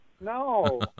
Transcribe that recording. No